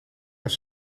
las